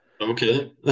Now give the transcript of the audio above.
Okay